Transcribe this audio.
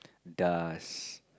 dust